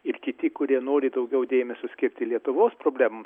ir kiti kurie nori daugiau dėmesio skirti lietuvos problemoms